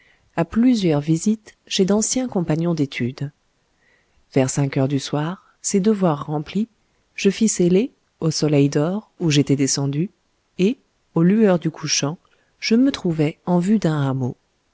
à plusieurs visites chez d'anciens compagnons d'études vers cinq heures du soir ces devoirs remplis je fis seller au soleil dor où j'étais descendu et aux lueurs du couchant je me trouvai en vue d'un hameau